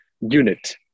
unit